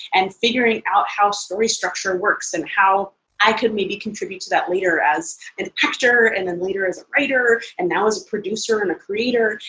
and figuring out how story structure works and how i could maybe contribute to that later as an actor, and then later as a writer, and now as a producer and a creator.